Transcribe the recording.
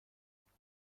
اونجا